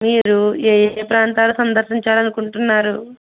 మీరు ఏయే ప్రాంతాలు సందర్శించాలి అనునుకుంటున్నారు